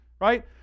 Right